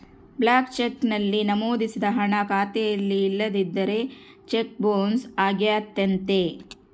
blank cheque ನಲ್ಲಿ ನಮೋದಿಸಿದ ಹಣ ಖಾತೆಯಲ್ಲಿ ಇಲ್ಲದಿದ್ದರೆ ಚೆಕ್ ಬೊನ್ಸ್ ಅಗತ್ಯತೆ